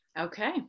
Okay